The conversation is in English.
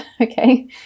Okay